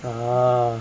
ah